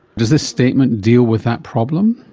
does this statement deal with that problem?